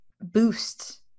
boost